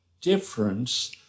difference